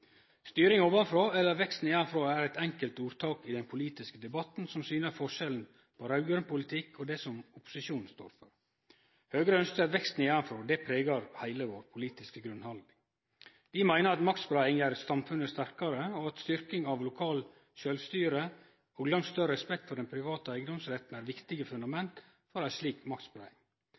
Styring ovanfrå eller vekst nedanfrå er eit enkelt ordtak i den politiske debatten som syner forskjellen på raud-grøn politikk og det som opposisjonen står for. Høgre ønskjer vekst nedanfrå, og det pregar heile vår politiske grunnhaldning. Vi meiner at maktspreiing gjer samfunnet sterkare, og at styrking av lokalt sjølvstyre og langt større respekt for den private eigedomsretten er viktige fundament for ei slik maktspreiing.